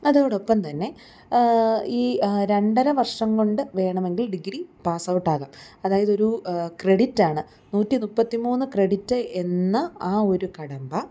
അതോടൊപ്പം തന്നെ ഈ രണ്ടര വർഷം കൊണ്ട് വേണമെങ്കിൽ ഡിഗ്രി പാസ് ഔട്ടാകാം അതായത് ഒരു ക്രെഡിറ്റ് ആണ് നൂറ്റി മുപ്പത്തി മൂന്ന് ക്രെഡിറ്റ് എന്ന ആ ഒരു കടമ്പ